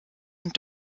und